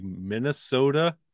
Minnesota